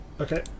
Okay